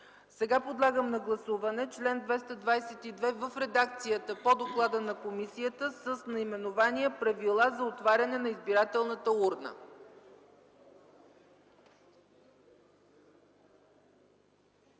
Подлагам на гласуване чл. 222 в редакцията по доклада на комисията с наименование „Правила за отваряне на избирателната урна”.